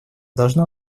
должно